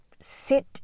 sit